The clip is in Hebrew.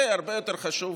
זה הרבה יותר חשוב,